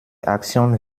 aktion